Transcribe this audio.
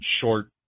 short